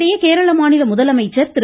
இதனிடையே கேரள மாநில முதலமைச்சர் திரு